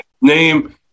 Name